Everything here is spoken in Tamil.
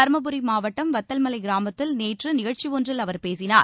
தர்மபுரி மாவட்டம் வத்தல்மலை கிராமத்தில் நேற்று நிகழ்ச்சி ஒன்றில் அவர் பேசினார்